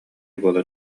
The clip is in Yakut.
буолар